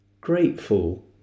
grateful